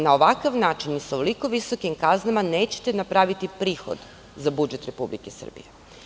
Na ovakav način i sa ovoliko visokim kaznama nećete napraviti prihod za budžet RS.